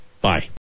Bye